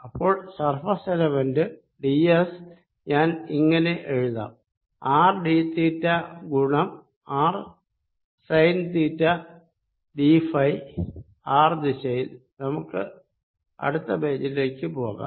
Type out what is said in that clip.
അപ്പോൾ ഈ surface element d s ഞാൻ ഇങ്ങനെ എഴുതാം ആർ ഡി തീറ്റ ഗുണം r sin theta d phi r ദിശയിൽ നമുക്ക് അടുത്ത പേജിലേക്ക് പോകാം